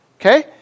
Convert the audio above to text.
Okay